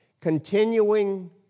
continuing